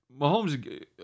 Mahomes